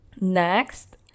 next